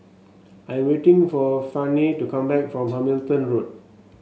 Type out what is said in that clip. I am waiting for Fannie to come back from Hamilton Road